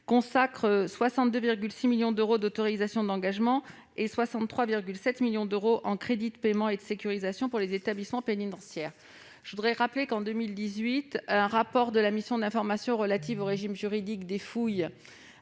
consacre 62,6 millions d'euros en autorisations d'engagement et 63,7 millions d'euros en crédits de paiement à la sécurisation des établissements pénitentiaires. Je rappelle que, en 2018, un rapport de la mission d'information relative au régime juridique des fouilles